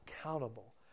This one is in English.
accountable